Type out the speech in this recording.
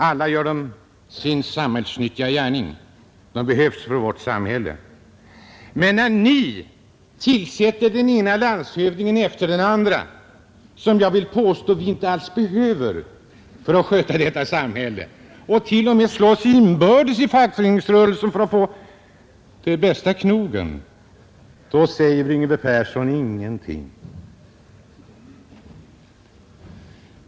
Alla gör de sin samhällsnyttiga gärning och de behövs i vårt samhälle. Men när ni tillsätter den ena landshövdingen efter den andra, som jag vill påstå vi inte alls behöver för att sköta detta samhälle och t.o.m. krigar inom fackföreningsrörelsen för att få de bästa knogen, då säger herr Yngve Persson ingenting.